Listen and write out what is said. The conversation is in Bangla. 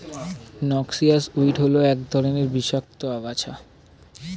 নক্সিয়াস উইড হল এক রকমের বিষাক্ত আগাছা